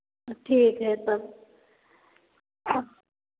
ठीक है तब